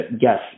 yes